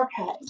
okay